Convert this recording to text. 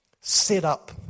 setup